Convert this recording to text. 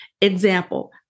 Example